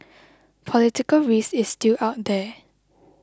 political risk is still out there